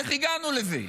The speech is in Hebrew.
איך הגענו לזה?